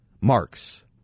Marx